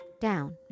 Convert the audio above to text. down